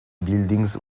buildings